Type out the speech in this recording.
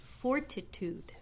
Fortitude